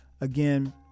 Again